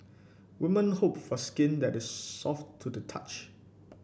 women hope for skin that is soft to the touch